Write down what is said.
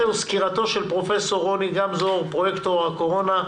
הוא סקירתו של פרופ' רוני גמזו פרויקטור הקורונה,